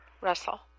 Russell